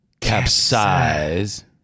capsize